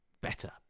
better